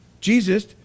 Jesus